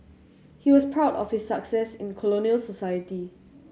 he was proud of his success in colonial society